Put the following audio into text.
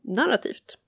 narrativt